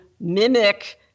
mimic